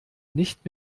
nicht